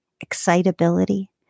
excitability